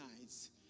nights